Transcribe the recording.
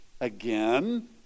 again